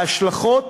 ההשלכות